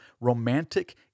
romantic